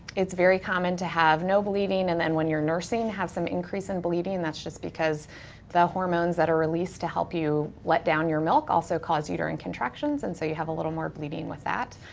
it's very common to have no bleeding and then when you're nursing have some increase in bleeding. that's just because the hormones that are released to help you let down your milk also cause uterine contractions, and so you have a little more bleeding with that.